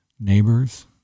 neighbors